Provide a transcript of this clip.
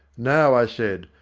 now, i said,